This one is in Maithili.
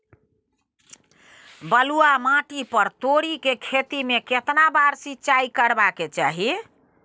बलुआ माटी पर तोरी के खेती में केतना बार सिंचाई करबा के चाही?